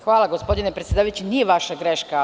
Hvala gospodine predsedavajući, nije vaša greška.